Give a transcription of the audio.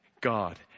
God